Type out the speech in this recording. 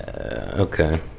Okay